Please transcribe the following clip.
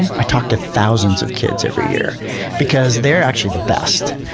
and i talk to thousands of kids every year because they're actually the best.